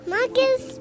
Marcus